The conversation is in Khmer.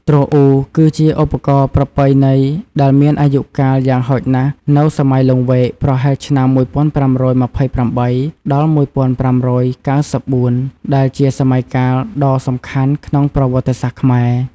ទ្រអ៊ូ គឺជាឧបករណ៍ប្រពៃណីដែលមានអាយុកាលយ៉ាងហោចណាស់នៅសម័យ "លង្វែក" ប្រហែលឆ្នាំ ១៥២៨ ដល់ ១៥៩៤ ដែលជាសម័យកាលដ៏សំខាន់ក្នុងប្រវត្តិសាស្ត្រខ្មែរ។